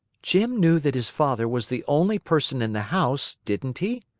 jim knew that his father was the only person in the house, didn't he?